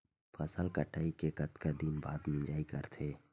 फसल कटाई के कतका दिन बाद मिजाई करथे?